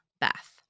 Beth